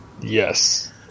Yes